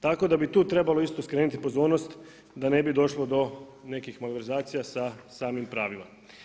Tako da bi tu trebalo isto skrenuti pozornost da ne bi došlo do malverzacija sa samim pravima.